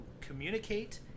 communicate